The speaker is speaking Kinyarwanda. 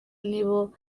nibo